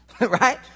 Right